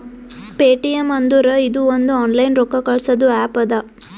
Paytm ಅಂದುರ್ ಇದು ಒಂದು ಆನ್ಲೈನ್ ರೊಕ್ಕಾ ಕಳ್ಸದು ಆ್ಯಪ್ ಅದಾ